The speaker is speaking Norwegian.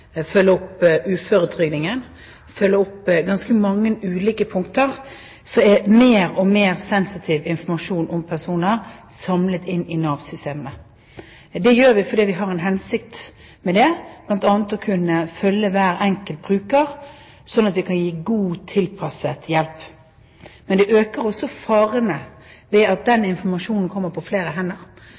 ganske mange ulike punkter, blir mer og mer sensitiv informasjon om personer samlet inn i Nav-systemene. Hensikten med det er bl.a. å kunne følge hver enkelt bruker, slik at man kan gi god og tilpasset hjelp. Men det øker også faren for at informasjonen kommer på flere hender,